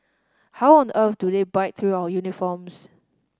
how on earth do they bite through our uniforms